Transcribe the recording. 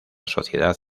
sociedad